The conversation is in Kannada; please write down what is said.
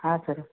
ಹಾಂ ಸರ್